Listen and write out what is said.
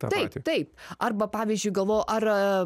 taip taip arba pavyzdžiui galvojau ar